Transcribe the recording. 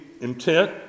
intent